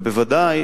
וודאי